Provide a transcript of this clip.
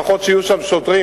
לפחות שיהיו שם שוטרים,